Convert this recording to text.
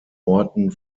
orten